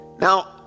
now